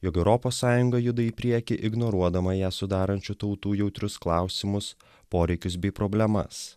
jog europos sąjunga juda į priekį ignoruodama ją sudarančių tautų jautrius klausimus poreikius bei problemas